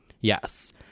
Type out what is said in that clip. Yes